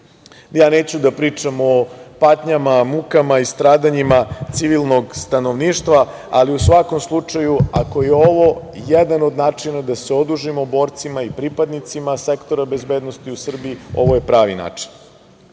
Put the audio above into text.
Ja neću da pričam o patnjama, mukama i stradanjima civilnog stanovništva, ali u svakom slučaju, ako je ovo jedan od načina da se odužimo borcima i pripadnicima sektora bezbednosti u Srbiji ovo je pravi način. Sa